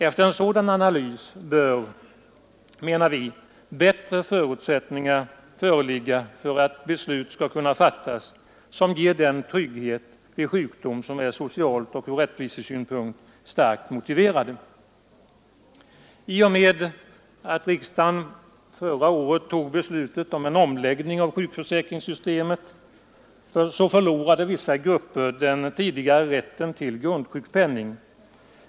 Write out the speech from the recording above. Efter en sådan analys bör, menar vi, bättre förutsättningar föreligga för att beslut skall kunna fattas som ger den trygghet vid sjukdom som är socialt och ur rättvisesynpunkt starkt motiverad. I och med att riksdagen förra året beslöt en omläggning av sjukförsäkringssystemet förlorade vissa grupper den tidigare rätten till sjukpenning.